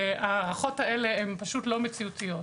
ההערכות הללו הן פשוט לא מציאותיות.